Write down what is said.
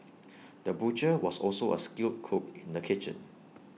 the butcher was also A skilled cook in the kitchen